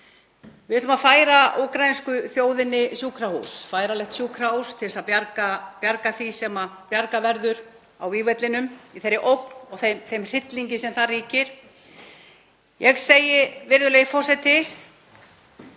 Við ætlum að færa úkraínsku þjóðinni færanlegt sjúkrahús til að bjarga því sem bjargað verður á vígvellinum í þeirri ógn og þeim hryllingi sem þar ríkir. Ég segi, virðulegi forseti: